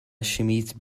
chemise